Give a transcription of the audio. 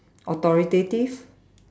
authoritative